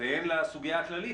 והן לסוגיה הכללית,